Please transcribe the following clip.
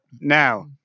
now